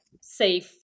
safe